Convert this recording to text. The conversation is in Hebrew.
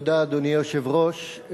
אדוני היושב-ראש,